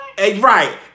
Right